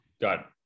got